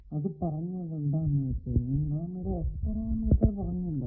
ഇവിടെ നാം S parameter പറഞ്ഞല്ലോ